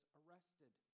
arrested